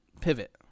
pivot